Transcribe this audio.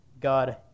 God